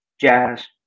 Jazz